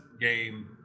game